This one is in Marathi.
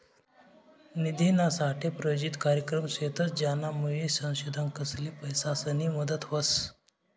निधीनासाठे प्रायोजित कार्यक्रम शेतस, ज्यानामुये संशोधकसले पैसासनी मदत व्हस